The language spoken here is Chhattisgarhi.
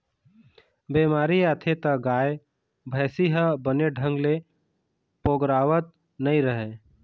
बेमारी आथे त गाय, भइसी ह बने ढंग ले पोगरावत नइ रहय